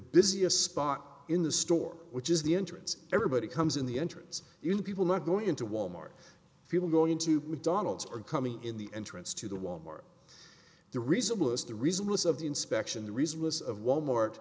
busiest spot in the store which is the entrance everybody comes in the entrance in people not going into wal mart people going to donald's or coming in the entrance to the wal mart the reasonable is the results of the inspection the reason list of wal mart